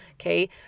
Okay